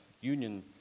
union